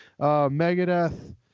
Megadeth